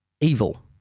evil